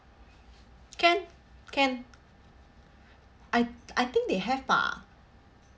can can I I think they have bah